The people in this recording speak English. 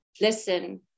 listen